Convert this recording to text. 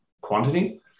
quantity